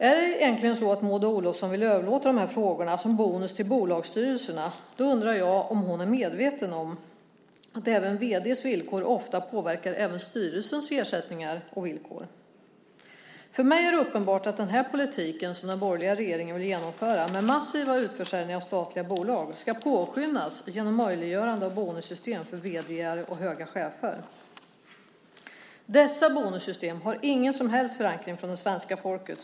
Om Maud Olofsson egentligen vill överlåta de här frågorna, som bonus, till bolagsstyrelserna, undrar jag om hon är medveten om att vd:s villkor ofta påverkar även styrelsens ersättningar och villkor. För mig är det uppenbart att den politik som den borgerliga regeringen vill genomföra, med massiva utförsäljningar av statliga bolag, ska påskyndas genom möjliggörande av bonussystem för vd:ar och höga chefer. Dessa bonussystem har ingen som helst förankring hos det svenska folket.